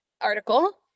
article